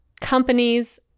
companies